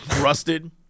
rusted